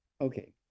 Okay